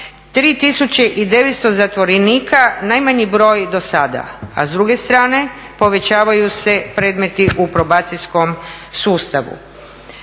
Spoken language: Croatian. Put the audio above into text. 3900 zatvorenika, najmanji broj do sada, a s druge strane povećavaju se predmeti u probacijskom sustavu.